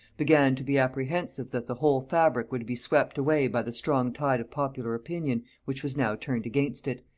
began to be apprehensive that the whole fabric would be swept away by the strong tide of popular opinion which was now turned against it,